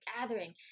gathering